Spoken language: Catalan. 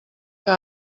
que